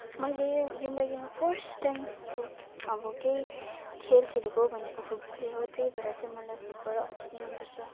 मैले जिन्दगीमा first time अब केही खेल खेलेको भनेको फुटबलै हो त्यही भएर चाहिँ मलाई फुटबल अति नै मनपर्छ